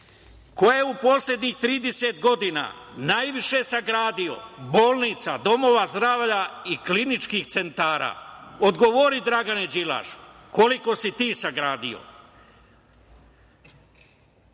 je u poslednjih 30 godina najviše sagradio bolnica, domova zdravlja i kliničkih centara? Odgovori Dragane Đilašu. Koliko si ti sagradio? Ko